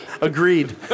Agreed